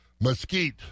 mesquite